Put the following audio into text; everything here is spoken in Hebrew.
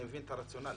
אני מבין את הרציונל,